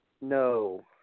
No